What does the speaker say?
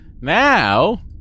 Now